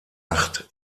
acht